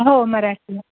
हो मराठी